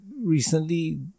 Recently